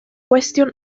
gwestiwn